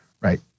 Right